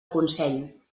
consell